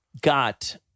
got